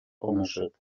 ownership